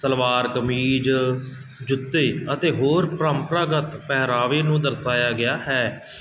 ਸਲਵਾਰ ਕਮੀਜ ਜੁੱਤੇ ਅਤੇ ਹੋਰ ਪਰੰਪਰਾਗਤ ਪਹਿਰਾਵੇ ਨੂੰ ਦਰਸਾਇਆ ਗਿਆ ਹੈ